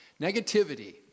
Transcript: Negativity